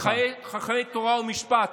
יש לנו חכמי תורה ומשפט.